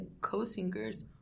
co-singers